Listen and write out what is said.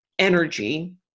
energy